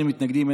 אין מתנגדים,